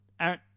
Aaron